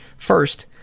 first,